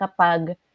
kapag